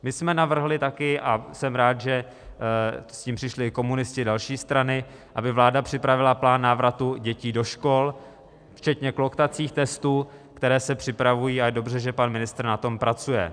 My jsme navrhli taky a jsem rád, že s tím přišli i komunisti a další strany aby vláda připravila plán návratu dětí do škol, včetně kloktacích testů, které se připravují, a je dobře, že pan ministr na tom pracuje.